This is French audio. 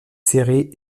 serré